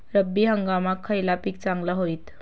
रब्बी हंगामाक खयला पीक चांगला होईत?